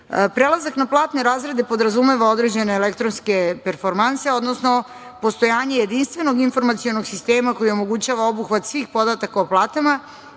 rekla. Prelazak na platne razrede podrazumeva određene elektronske performanse, odnosno postojanje jedinstvenog informacionog sistema koji omogućava obuhvat svih podataka o platama